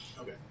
Okay